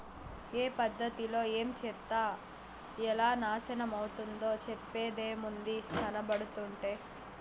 ఏ పద్ధతిలో ఏంచేత్తే ఎలా నాశనమైతందో చెప్పేదేముంది, కనబడుతంటే